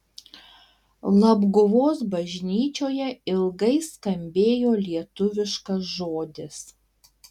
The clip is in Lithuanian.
labguvos bažnyčioje ilgai skambėjo lietuviškas žodis